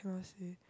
cannot say